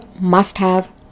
Must-Have